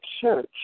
church